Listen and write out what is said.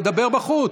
תדבר בחוץ,